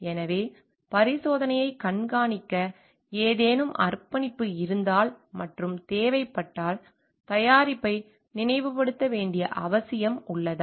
எனவே பரிசோதனையை கண்காணிக்க ஏதேனும் அர்ப்பணிப்பு இருந்தால் மற்றும் தேவைப்பட்டால் தயாரிப்பை நினைவுபடுத்த வேண்டிய அவசியம் உள்ளதா